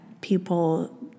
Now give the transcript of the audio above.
people